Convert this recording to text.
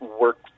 work